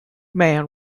man